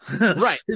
Right